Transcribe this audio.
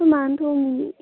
ꯑꯩꯈꯣꯏ ꯃꯥꯅ ꯊꯣꯡꯉꯤꯌꯦ